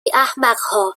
احمقها